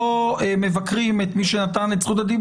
לא הייתה פה הצעת חוק שהגיעה מוכנה על ידי